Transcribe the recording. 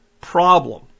problem